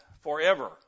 forever